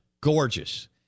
gorgeous